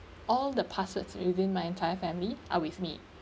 all the passwords within my entire family are with me